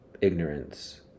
ignorance